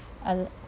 uh